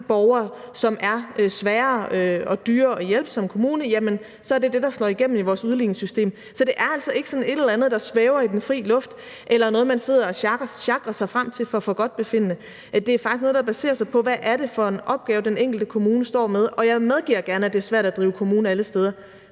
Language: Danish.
borgere, som er svære og dyre at hjælpe som kommune, så er det det, der slår igennem i vores udligningssystem. Så det er altså ikke sådan et eller andet, der svæver i den fri luft, eller noget, som man sidder og sjakrer sig frem til efter forgodtbefindende, men det er faktisk noget, der baserer sig på, hvad det er for en opgave, den enkelte kommune står med. Jeg medgiver gerne, at det er svært at drive kommune alle steder,